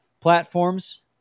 platforms